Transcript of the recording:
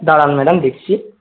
দাঁড়ান ম্যাডাম দেখছি